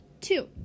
two